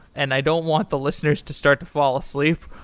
and i don't want the listeners to start to fall asleep,